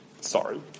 Sorry